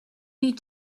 need